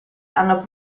hanno